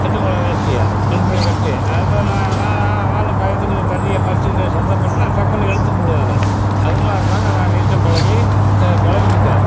எட்டு மொழ வேஷ்டிய இடுப்பில் கட்டி அது மாதிரி நா நா நா ஆள் பயந்துக்கிட்டு தண்ணியை பரிச்சுட்டிக்கிட்டு சத்தம் போட்டேனால் டக்குன்னு இழுத்துப்புடுவாரு அதுமாதிரிதாங்க நான் நீச்சல் பழவி பழகிக்கிட்டேன்